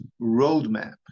roadmap